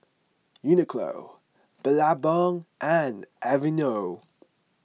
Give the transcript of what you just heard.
Uniqlo Billabong and Aveeno